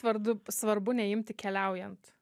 vardu svarbu neimti keliaujant